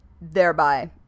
thereby